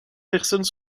personnes